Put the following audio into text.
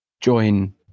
join